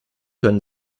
können